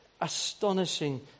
Astonishing